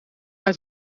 uit